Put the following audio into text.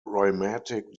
rheumatic